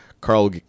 Carl